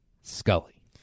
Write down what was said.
Scully